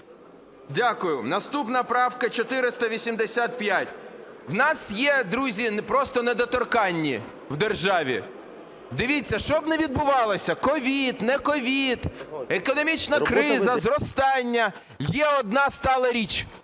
Дякую. Наступна правка 485. У нас є, друзі, просто недоторканні в державі. Дивіться, щоб не відбувалося (COVID, не COVID, економічна криза, зростання), є одна стала річ